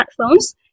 smartphones